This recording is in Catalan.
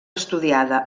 estudiada